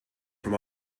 from